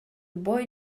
boy